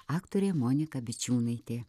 aktorė monika bičiūnaitė